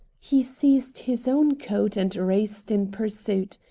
he seized his own coat and raced in pursuit.